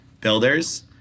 builders